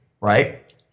right